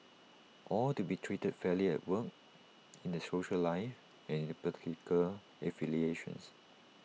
all to be treated fairly at work in their social life and in their political affiliations